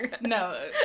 No